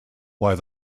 while